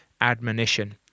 admonition